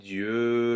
Dieu